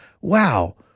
wow